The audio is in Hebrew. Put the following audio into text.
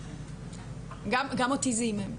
גם אותי זה הימם.